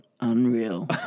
Unreal